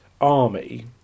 army